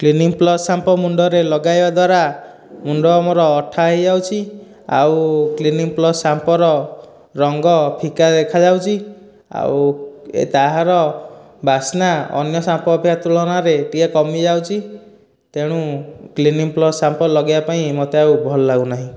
Clinic Plus shampoo ମୁଣ୍ଡରେ ଲଗାଇବା ଦ୍ୱାରା ମୁଣ୍ଡ ମୋର ଅଠା ହୋଇଯାଉଛି ଆଉ କ୍ଲିନିକପ୍ଲସ ସାମ୍ପୋର ରଙ୍ଗ ଫିକା ଦେଖାଯାଉଛି ଆଉ ତାହାର ବାସ୍ନା ଅନ୍ୟ ସାମ୍ପୋ ଅପେକ୍ଷା ତୁଳନାରେ ଟିକିଏ କମି ଯାଉଛି ତେଣୁ କ୍ଲିନିକପ୍ଲସ ସାମ୍ପୋ ଲଗେଇବାପାଇଁ ମୋତେ ଆଉ ଭଲ ଲାଗୁନାହିଁ